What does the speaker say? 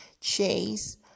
Chase